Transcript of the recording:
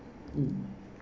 mm